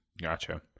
Gotcha